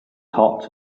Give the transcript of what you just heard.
hot